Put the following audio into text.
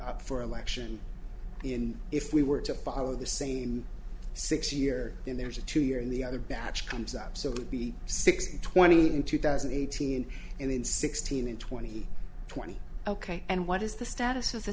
up for election in if we were to follow the same six year and there's a two year in the other batch comes up so it would be six twenty in two thousand and eighteen and in sixteen and twenty twenty ok and what is the status of the